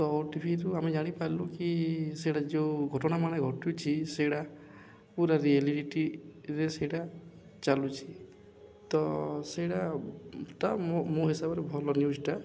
ତ ଓ ଟିଭିରୁ ଆମେ ଜାଣିପାରିଲୁ କି ସେଇଟା ଯୋଉ ଘଟଣାମାନେ ଘଟୁଛି ସେଇଟା ପୁରା ରିଆଲିଟିରେ ସେଇଟା ଚାଲୁଛି ତ ସେଇଟା ଟା ମୋ ମୋ ହିସାବରେ ଭଲ ନ୍ୟୁଜ୍ଟା